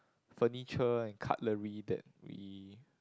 furniture and cutlery that we